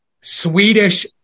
Swedish